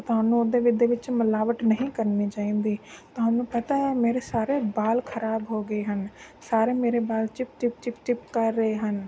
ਤਾਂ ਤੁਹਾਨੂੰ ਉਹਦੇ ਵੇ ਦੇ ਵਿੱਚ ਮਿਲਾਵਟ ਨਹੀਂ ਕਰਨੀ ਚਾਹੀਦੀ ਤੁਹਾਨੂੰ ਪਤਾ ਹੈ ਮੇਰੇ ਸਾਰੇ ਬਾਲ ਖਰਾਬ ਹੋ ਗਏ ਹਨ ਸਾਰੇ ਮੇਰੇ ਬਾਲ ਚਿੱਪ ਚਿੱਪ ਚਿੱਪ ਚਿੱਪ ਕਰ ਰਹੇ ਹਨ